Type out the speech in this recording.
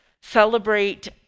celebrate